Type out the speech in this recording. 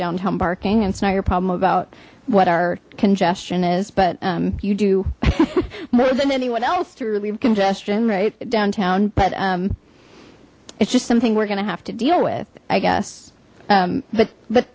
downtown barking it's not your problem about what our congestion is but you do more than anyone else to relieve congestion right downtown but um it's just something we're gonna have to deal with i guess but but